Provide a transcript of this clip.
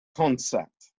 concept